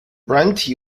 软体